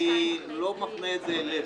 לא מפנה את זה אליך.